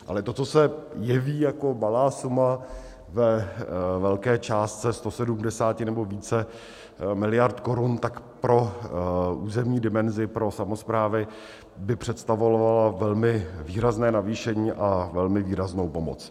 Ale to, co se jeví jako malá suma ve velké částce 170 nebo více miliard korun, tak pro územní dimenzi, pro samosprávy by představovala velmi výrazné navýšení a velmi výraznou pomoc.